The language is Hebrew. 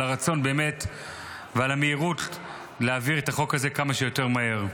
על הרצון ועל המהירות להעביר את החוק הזה כמה שיותר מהר.